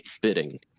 bidding